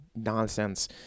nonsense